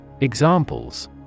Examples